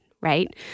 right